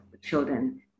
children